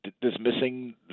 dismissing